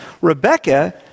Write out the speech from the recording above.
Rebecca